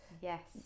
Yes